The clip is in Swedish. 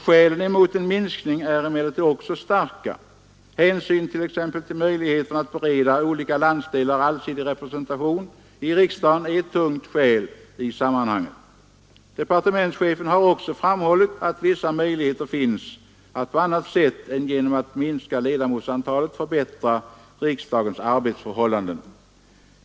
Skälen emot en minskning är emellertid också starka. Hänsynen t.ex. till möjligheten att bereda olika landsdelar allsidig representation i riksdagen är ett tungt vägande skäl i sammanhanget. Departementschefen har också framhållit att v på annat sätt än genom att minska ledamotsantalet förbättra riksdagens arbetsförhållanden.